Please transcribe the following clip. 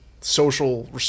social